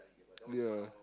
ya